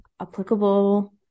applicable